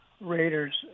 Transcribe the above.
Raiders